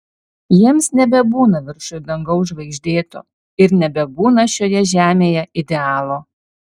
jiems nebebūna viršuj dangaus žvaigždėto ir nebebūna šioje žemėje idealo